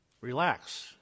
Relax